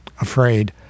afraid